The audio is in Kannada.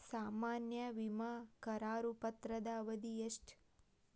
ಸಾಮಾನ್ಯ ವಿಮಾ ಕರಾರು ಪತ್ರದ ಅವಧಿ ಎಷ್ಟ?